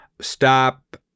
stop